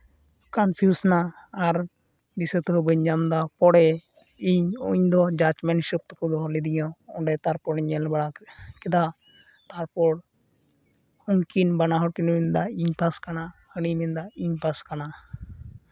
ᱠᱚᱱᱯᱷᱤᱭᱩᱡᱱᱟ ᱟᱨ ᱫᱤᱥᱟᱹ ᱛᱮᱦᱚᱸ ᱵᱟᱹᱧ ᱧᱟᱢᱫᱟ ᱯᱚᱨᱮ ᱤᱧ ᱫᱚ ᱡᱟᱡᱽᱢᱮᱱ ᱦᱤᱥᱟᱹᱵ ᱛᱮᱠᱚ ᱫᱚᱦᱚ ᱞᱤᱫᱤᱧᱟ ᱚᱸᱰᱮ ᱛᱟᱨᱯᱚᱨᱮᱧ ᱧᱮᱞ ᱵᱟᱲᱟ ᱠᱮᱫᱟ ᱛᱟᱯᱚᱨ ᱩᱱᱠᱤᱱ ᱵᱟᱱᱟ ᱦᱚᱲᱠᱤᱱ ᱞᱟᱹᱭᱫᱟ ᱡᱮ ᱤᱧ ᱯᱟᱥ ᱠᱟᱱᱟ ᱦᱟᱹᱱᱤᱭ ᱢᱮᱱᱫᱟ ᱤᱧ ᱯᱟᱥ ᱠᱟᱱᱟ